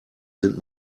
sind